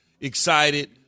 excited